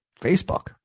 Facebook